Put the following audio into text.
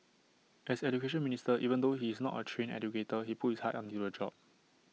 as Education Minister even though he is not A trained educator he put his heart into the job